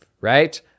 right